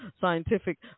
scientific